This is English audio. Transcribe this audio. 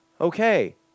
Okay